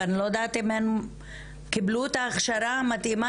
ואני לא יודעת אם הן קיבלו את ההכשרה המתאימה,